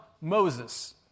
Moses